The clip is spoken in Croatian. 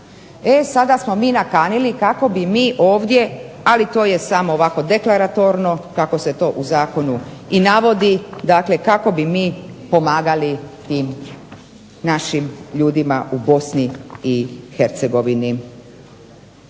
e sada smo mi nakanili kako bi mi ovdje, ali to je samo ovako deklaratorno kako se to u zakonu i navodi, dakle kako bi mi pomagali tim našim ljudima u Bosni i Hercegovini.